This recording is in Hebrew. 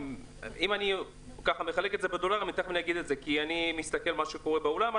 אם אני אחלק את זה לדולרים ואני מסתכל למה שקורה בעולם,